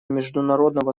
международного